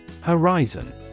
Horizon